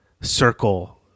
circle